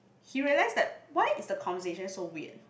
he realised that why is the conversation so weird